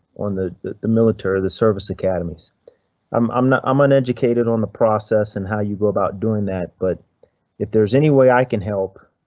on the the military the service academies i'm not. i'm uneducated on the process and how you go about doing that, but if there's anyway i can help.